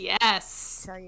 yes